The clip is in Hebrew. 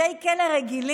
בתי כלא רגילים,